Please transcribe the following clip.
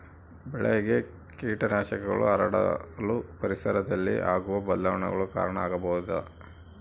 ಬೆಳೆಗೆ ಕೇಟನಾಶಕಗಳು ಹರಡಲು ಪರಿಸರದಲ್ಲಿ ಆಗುವ ಬದಲಾವಣೆಗಳು ಕಾರಣ ಆಗಬಹುದೇ?